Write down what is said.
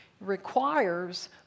requires